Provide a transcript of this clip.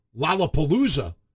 Lollapalooza